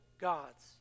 gods